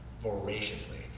voraciously